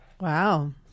Wow